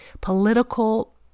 political